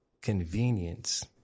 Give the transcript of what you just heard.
convenience